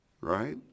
right